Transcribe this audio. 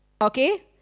okay